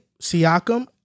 Siakam